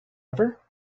ever